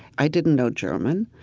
i didn't know german.